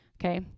Okay